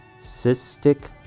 Cystic